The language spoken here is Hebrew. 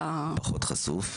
פחות חשוף,